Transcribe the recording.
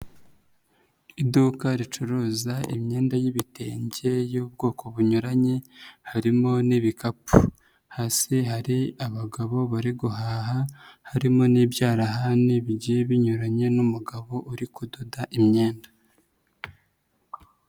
Iduka ricuruza imyenda y'ibitenge y'ubwoko bunyuranye harimo n'ibikapu, hasi hari abagabo bari guhaha harimo n'ibyarahani bigiye binyuranye n'umugabo uri kudoda imyenda.